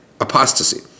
apostasy